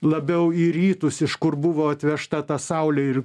labiau į rytus iš kur buvo atvežta ta saulė ir